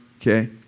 okay